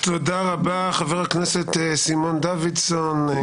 תודה רבה חבר הכנסת סימון דוידסון.